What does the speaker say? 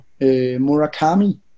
Murakami